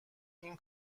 این